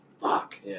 Fuck